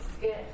Good